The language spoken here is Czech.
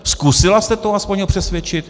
Zkusila jste to aspoň ho přesvědčit?